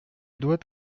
doit